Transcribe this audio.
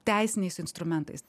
teisiniais instrumentais